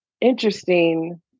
interesting